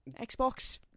Xbox